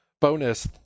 bonus